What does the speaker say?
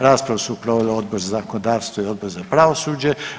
Raspravu su proveli Odbor za zakonodavstvo i Odbor za pravosuđe.